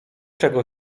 czego